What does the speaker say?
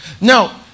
Now